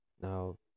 Now